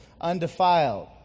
undefiled